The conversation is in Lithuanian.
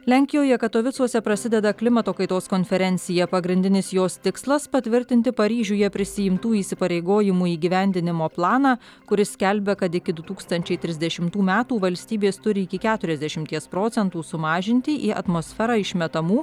lenkijoje katovicuose prasideda klimato kaitos konferencija pagrindinis jos tikslas patvirtinti paryžiuje prisiimtų įsipareigojimų įgyvendinimo planą kuris skelbia kad iki du tūkstančiai trisdešimtų metų valstybės turi iki keturiasdešimties procentų sumažinti į atmosferą išmetamų